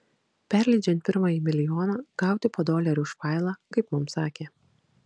perleidžiant pirmąjį milijoną gauti po dolerį už failą kaip mums sakė